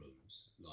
rooms